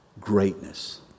greatness